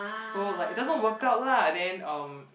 so like it doesn't work out lah then um